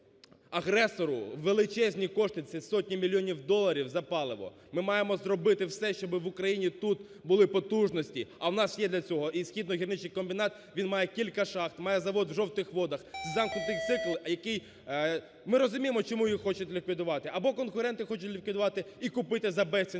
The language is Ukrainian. сплачувати агресору величезні кошти, це сотні мільйонів доларів, за паливо. Ми маємо зробити все, щоби в Україні тут були потужності, а в нас є для цього і "Східний гірничий комбінат" він має кілька шахт, має завод в Жовтих Водах замкнутий цикл, який, ми розуміємо, чому їх хочуть ліквідувати. Або конкуренти хочуть ліквідувати і купити за безцінь,